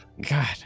God